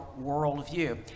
worldview